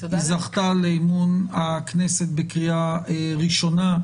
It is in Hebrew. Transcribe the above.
היא זכתה לאמון הכנסת בקריאה ראשונה,